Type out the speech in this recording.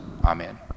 Amen